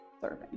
serving